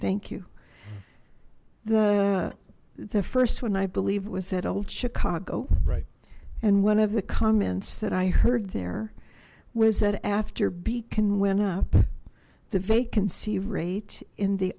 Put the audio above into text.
thank you the the first one i believe was at old chicago right and one of the comments that i heard there was that after beacon went up the vacancy rate in the